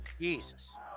Jesus